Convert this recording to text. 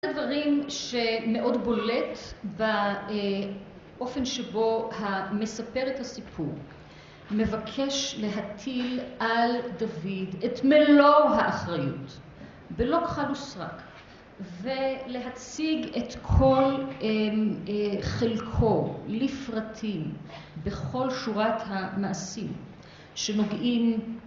זה דברים שמאוד בולט באופן שבו המספר את הסיפור מבקש להטיל על דוד את מלוא האחריות בלא כחל וסרק ולהציג את כל חלקו לפרטים בכל שורת המעשים שנוגעים